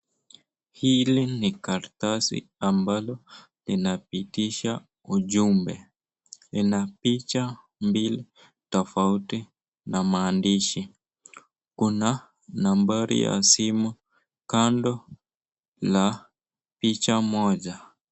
Hili ni karatasi ambalo linapitisha ujumbe. Lina picha mbili tofauti na maandishi, kuna nambari ya simu kando na picha moja.